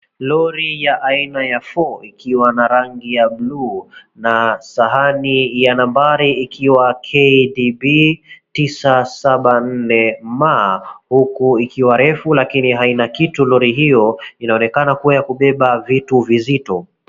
Lori ya aina ya Faw ikiwa na rangi ya buluu na sahani ya nambari ikiwa KBB 974M. Huku ikiwa refu lakini haina kitu. Lori hiyo inaonekana kuwa ya kubeba vitu vizito.